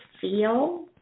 feel